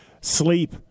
Sleep